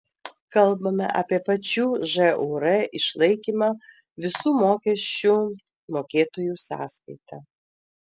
kalbama apie pačių žūr išlaikymą visų mokesčių mokėtojų sąskaita